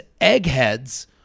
eggheads